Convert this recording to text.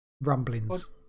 rumblings